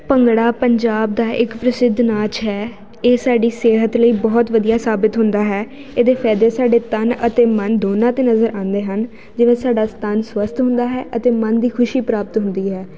ਭੰਗੜਾ ਪੰਜਾਬ ਦਾ ਇੱਕ ਪ੍ਰਸਿੱਧ ਨਾਚ ਹੈ ਇਹ ਸਾਡੀ ਸਿਹਤ ਲਈ ਬਹੁਤ ਵਧੀਆ ਸਾਬਿਤ ਹੁੰਦਾ ਹੈ ਇਹਦੇ ਫ਼ਾਇਦੇ ਸਾਡੇ ਤਨ ਅਤੇ ਮਨ ਦੋਨਾਂ 'ਤੇ ਨਜ਼ਰ ਆਉਂਦੇ ਹਨ ਜਿਵੇਂ ਸਾਡਾ ਸ ਤਨ ਸਵਸਥ ਹੁੰਦਾ ਹੈ ਅਤੇ ਮਨ ਦੀ ਖੁਸ਼ੀ ਪ੍ਰਾਪਤ ਹੁੰਦੀ ਹੈ